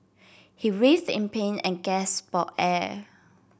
he writhed in pain and gasped for air